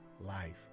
life